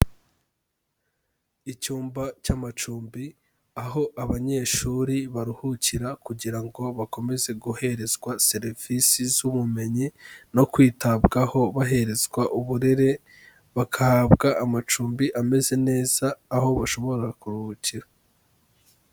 Icyumba cy'amacumbi aho abanyeshuri baruhukira kugira ngo bakomeze guherezwa serivisi z'ubumenyi no kwitabwaho baherezwa uburere, bagahabwa amacumbi ameze neza aho bashobora kuruhukira.